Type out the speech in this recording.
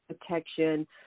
protection